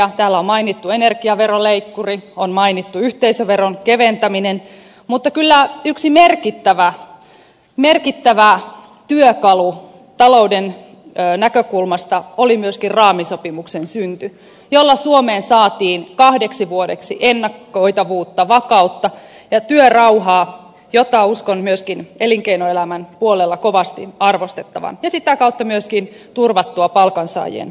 täällä on mainittu energiaveroleikkuri on mainittu yhteisöveron keventäminen mutta kyllä yksi merkittävä työkalu talouden näkökulmasta oli myöskin raamisopimuksen synty jolla suomeen saatiin kahdeksi vuodeksi ennakoitavuutta vakautta ja työrauhaa jota uskon myöskin elinkeinoelämän puolella kovasti arvostettavan ja sitä kautta myöskin turvattua palkansaajien ostovoima